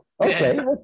Okay